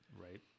right